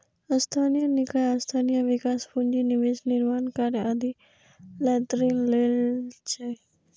स्थानीय निकाय स्थानीय विकास, पूंजी निवेश, निर्माण कार्य आदि लए ऋण लै छै